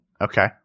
Okay